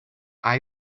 are